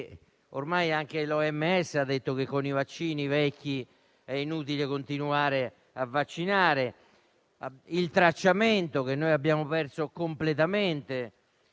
ormai anche l'OMS ha detto che con i vaccini vecchi è inutile continuare a vaccinare), il tracciamento (che noi abbiamo perso completamente)